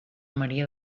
maria